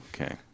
Okay